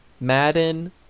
Madden